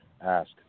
Ask